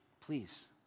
Please